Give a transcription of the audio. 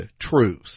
truth